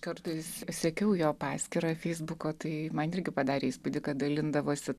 kartais sekiau jo paskyrą feisbuko tai man irgi padarė įspūdį kad dalindavosi